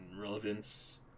relevance